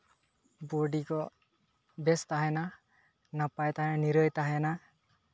ᱵᱚᱰᱤ ᱠᱚ ᱵᱮᱥ ᱛᱟᱦᱮᱱᱟ ᱱᱟᱯᱟᱭ ᱛᱟᱦᱮᱱᱟ ᱱᱤᱨᱟᱹᱭ ᱛᱟᱦᱮᱱᱟ